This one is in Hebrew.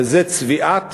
וזה צביעת